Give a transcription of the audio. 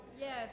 yes